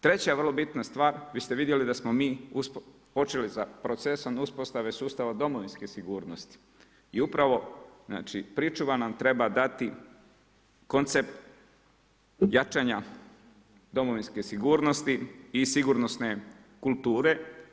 Treća, vrlo bitna stvar, vi ste vidjeli da smo mi počeli s procesom uspostave sustava domovinske sigurnosti i upravo pričuva nam treba dati koncept jačanja domovinske sigurnosti i sigurnosne kulture.